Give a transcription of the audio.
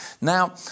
Now